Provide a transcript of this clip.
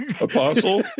Apostle